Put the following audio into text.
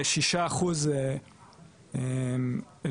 וכ- 6% זה עובדים שנוכו להם כספים.